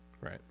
Right